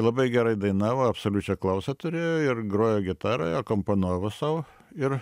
labai gerai dainavo absoliučią klausą turėjo ir grojo gitara akompanavo sau ir